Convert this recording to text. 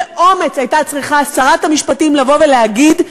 באומץ הייתה צריכה שרת המשפטים לבוא ולהגיד: